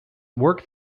work